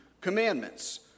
commandments